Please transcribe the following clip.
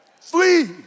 Flee